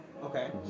Okay